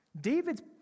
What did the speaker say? David's